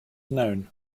known